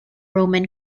roman